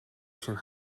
шөнө